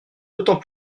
d’autant